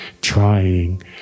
trying